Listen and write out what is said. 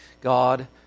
God